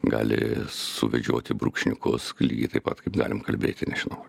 gali suvedžioti brūkšniukus lygiai taip pat kaip galim kalbėti nežinau